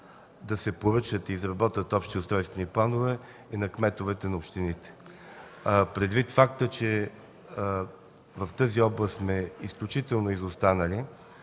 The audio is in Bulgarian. да се поръчат и изработят общи устройствени планове е на кметовете на общините. Предвид факта, че в тази област сме изключително изостанали,